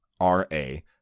R-A